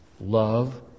love